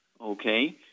okay